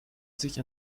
sich